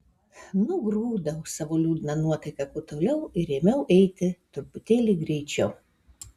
nugrūdau savo liūdną nuotaiką kuo toliau ir ėmiau eiti truputėlį greičiau